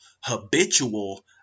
habitual